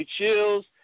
Chills